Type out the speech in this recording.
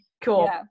Cool